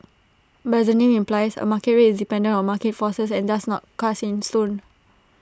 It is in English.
but the name implies A market rate is dependent on market forces and thus not cast in stone